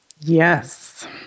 Yes